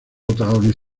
boys